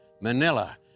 Manila